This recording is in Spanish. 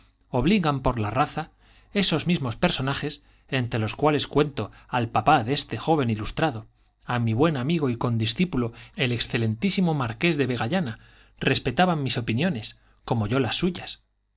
obligan por la raza esos mismos personajes entre los cuales cuento al papá de este joven ilustrado a mi buen amigo y condiscípulo el excelentísimo señor marqués de vegallana respetaban mis opiniones como yo las suyas